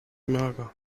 mager